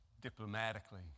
diplomatically